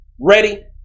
ready